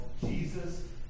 Jesus